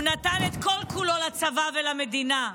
הוא נתן את כל-כולו לצבא ולמדינה.